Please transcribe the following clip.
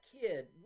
kid